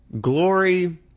glory